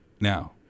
Now